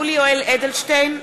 (קוראת בשמות חברי הכנסת) יולי יואל אדלשטיין,